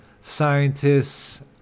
scientists